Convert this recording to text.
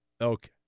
Okay